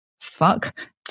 fuck